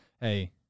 hey